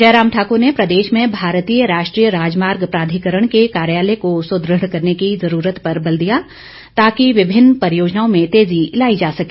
जयराम ठाक्र ने प्रदेश में भारतीय राष्ट्रीय राजमार्ग प्राधिकरण के कार्यालय को सुदृढ़ करने की ज़रूरत पर बल दिया ताकि विभिन्न परियोजनाओं में तेज़ी लाई जा सके